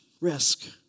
risk